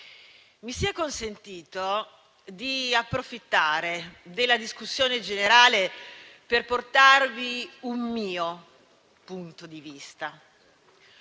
mi sia consentito di approfittare della discussione generale per portarvi un mio punto di vista.